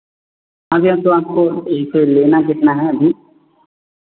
अभी तो आपको वैसे लेना कितना है अभी